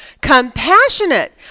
Compassionate